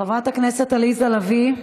חברת הכנסת עליזה לביא,